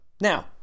Now